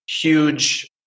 huge